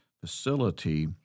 facility